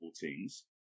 teams